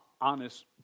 honest